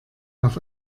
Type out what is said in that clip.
auf